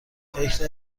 فکر